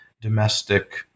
domestic